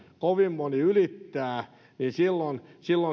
kovin moni ylittää niin silloin